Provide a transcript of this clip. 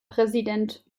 präsident